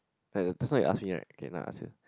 like just now you ask me right okay now I ask